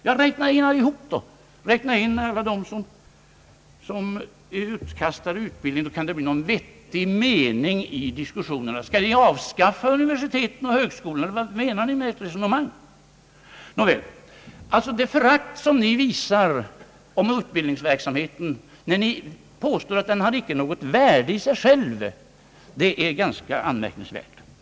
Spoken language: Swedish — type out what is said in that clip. Ja, räkna in allihop då räkna in alla som får utbildning av något slag. Men kan det under sådana förhållanden bli någon vettig mening i diskussionerna? Skall vi avskaffa universiteten och högskolorna? Det förakt ni visar mot utbildningsverksamheten, när ni påstår att den icke har något värde i sig själv, är ganska anmärkningsvärt.